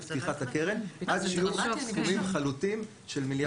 פתיחת הקרן עד שיהיו סכומים חלוטים של מיליארד.